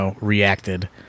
reacted